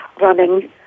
running